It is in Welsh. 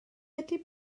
ydy